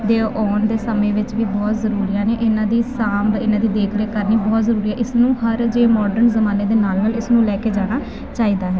ਦੇ ਆਉਣ ਦੇ ਸਮੇਂ ਵਿੱਚ ਵੀ ਬਹੁਤ ਜ਼ਰੂਰੀ ਨੇ ਇਹਨਾਂ ਦੀ ਸਾਂਭ ਇਹਨਾਂ ਦੀ ਦੇਖ ਰੇਖ ਕਰਨੀ ਬਹੁਤ ਜ਼ਰੂਰੀ ਹੈ ਇਸ ਨੂੰ ਹਰ ਜੇ ਮਾਡਰਨ ਜ਼ਮਾਨੇ ਦੇ ਨਾਲ ਨਾਲ ਇਸ ਨੂੰ ਲੈ ਕੇ ਜਾਣਾ ਚਾਹੀਦਾ ਹੈ